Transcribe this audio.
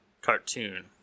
Cartoon